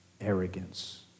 arrogance